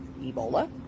Ebola